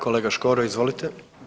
Kolega Škoro, izvolite.